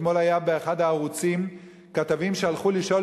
אתמול היו באחד הערוצים כתבים שהלכו לשאול